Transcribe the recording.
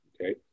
okay